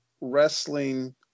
wrestling